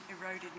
eroded